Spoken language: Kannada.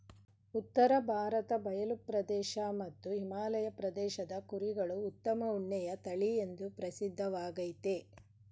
ಉತ್ತರ ಭಾರತ ಬಯಲು ಪ್ರದೇಶ ಮತ್ತು ಹಿಮಾಲಯ ಪ್ರದೇಶದ ಕುರಿಗಳು ಉತ್ತಮ ಉಣ್ಣೆಯ ತಳಿಎಂದೂ ಪ್ರಸಿದ್ಧವಾಗಯ್ತೆ